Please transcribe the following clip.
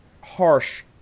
harsh